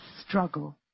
struggle